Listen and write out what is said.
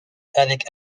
avec